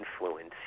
influence